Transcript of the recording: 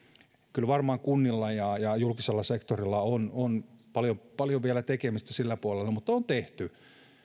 kyllä varmaan kunnilla ja ja julkisella sektorilla on on vielä paljon tekemistä sillä puolella mutta kyllä on tehty